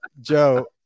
joe